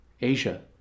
Asia